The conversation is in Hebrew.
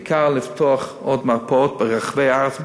בעיקר לפתוח עוד מרפאות ברחבי הארץ,